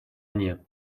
мне